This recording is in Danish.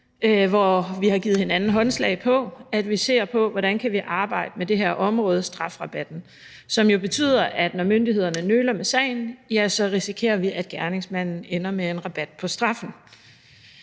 hvor vi har givet hinanden håndslag på, at vi ser på, hvordan vi kan arbejde med det her område, altså strafrabatten, som jo betyder, at når myndighederne nøler med sagen, risikerer vi, at gerningsmanden ender med en rabat på straffen.